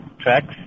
tracks